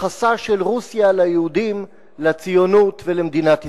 יחסה של רוסיה ליהודים, לציונות ולמדינת ישראל.